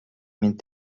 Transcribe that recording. mit